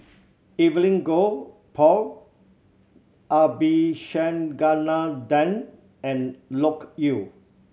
Evelyn Goh Paul Abisheganaden and Loke Yew